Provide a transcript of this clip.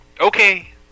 Okay